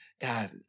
God